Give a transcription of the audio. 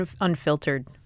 unfiltered